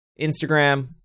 Instagram